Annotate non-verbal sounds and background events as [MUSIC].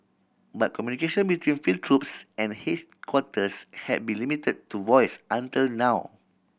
but communication between field troops and [UNINTELLIGIBLE] quarters have been limited to voice until now